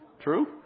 True